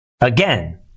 again